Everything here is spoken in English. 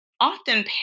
often